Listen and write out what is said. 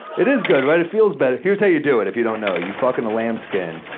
it is good, right? it feels better. here's how you do it if you don't know. you in a lambskin,